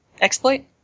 exploit